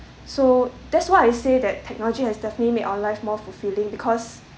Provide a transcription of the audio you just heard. so that's why I say that technology has definitely made our life more fulfilling because